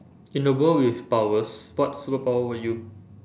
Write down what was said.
in the world with powers what superpower will you